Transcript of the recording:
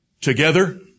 Together